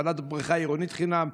הפעלת בריכה עירונית חינם,